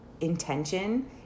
intention